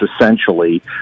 essentially